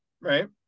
Right